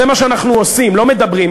זה מה שאנחנו עושים, לא מדברים.